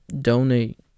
Donate